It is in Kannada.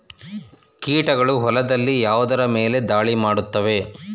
ಕೀಟಗಳು ಹೊಲದಲ್ಲಿ ಯಾವುದರ ಮೇಲೆ ಧಾಳಿ ಮಾಡುತ್ತವೆ?